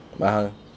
but how